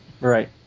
right